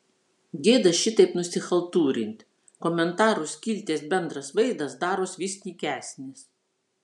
gėda šitaip nusichaltūrint komentarų skilties bendras vaizdas daros vis nykesnis